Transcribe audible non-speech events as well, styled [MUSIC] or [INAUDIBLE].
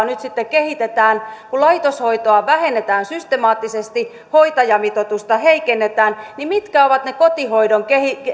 [UNINTELLIGIBLE] nyt sitten kehitetään kun laitoshoitoa vähennetään systemaattisesti hoitajamitoitusta heikennetään niin mitkä ovat ne kotihoidon